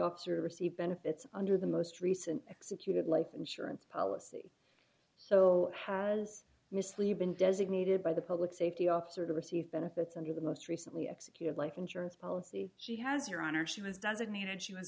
receive benefits under the most recent executed life insurance policy so has mislead been designated by the public safety officer to receive benefits under the most recently executed life insurance policy she has your honor she was designated she was